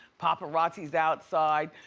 paparazzi's outside.